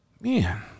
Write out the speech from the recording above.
Man